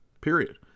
Period